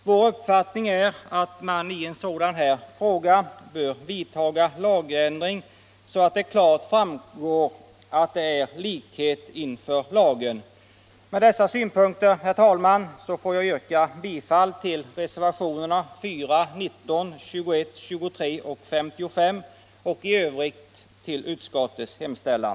Vår uppfattning är att man i en sådan här fråga bör vidta en lagändring, så att det klart framgår att det är likhet inför lagen. Med dessa synpunkter vill jag yrka bifall till reservationerna 4, 19, 21, 23 och 55 och i övrigt bifall till utskottets hemställan.